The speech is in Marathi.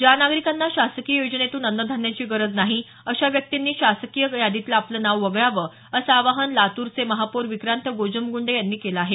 ज्या नागरिकांना शासकीय योजनेतून अन्नधान्याची गरज नाही अशा व्यक्तींनी शासकीय यादीतलं आपलं नाव वगळावं असं आवाहन लातूरचे महापौर विक्रांत गोजमगुंडे यांनी केलं आहे